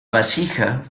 vasija